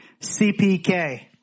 CPK